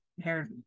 hair